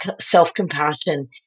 self-compassion